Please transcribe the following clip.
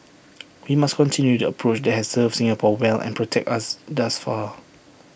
we must continue the approach that has served Singapore well and protected us thus far